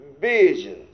visions